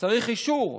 צריך אישור.